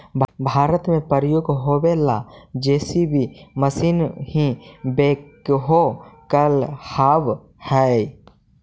भारत में प्रयोग होवे वाला जे.सी.बी मशीन ही बेक्हो कहलावऽ हई